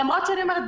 למרות שאני אומרת,